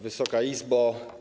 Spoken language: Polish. Wysoka Izbo!